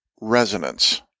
Resonance